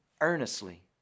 earnestly